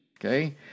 okay